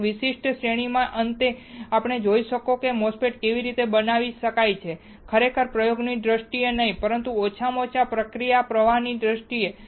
આ વિશિષ્ટ શ્રેણીના અંતે તમે જાણી શકશો કે તમે MOSFET ને કેવી રીતે બનાવટ કરી શકો છો તે ખરેખર પ્રયોગની દ્રષ્ટિએ નહીં પરંતુ ઓછામાં ઓછા પ્રક્રિયા પ્રવાહની દ્રષ્ટિએ